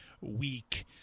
week